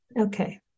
Okay